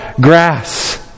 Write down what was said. grass